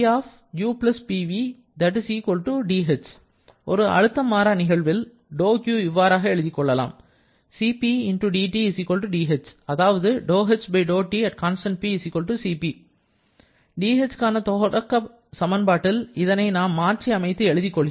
d u Pv dh ஒரு அழுத்தம் மாறா நிகழ்வில் δqஐ இவ்வாறு எழுதிக் கொள்ளலாம் CpdT dh அதாவது dhக்கான துவக்க சமன்பாட்டில் இதனை நாம் மாற்றி அமைத்து எழுதி கொள்கிறோம்